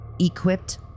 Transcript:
Equipped